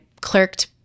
clerked